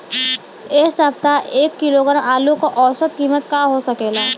एह सप्ताह एक किलोग्राम आलू क औसत कीमत का हो सकेला?